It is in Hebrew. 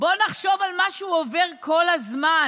בואו נחשוב על מה שהוא עובר כל הזמן.